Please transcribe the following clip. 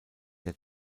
der